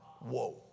Whoa